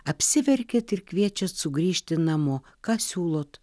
apsiverkiat ir kviečiat sugrįžti namo ką siūlot